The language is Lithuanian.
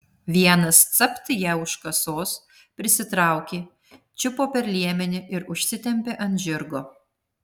vienas capt ją už kasos prisitraukė čiupo per liemenį ir užsitempė ant žirgo